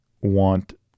want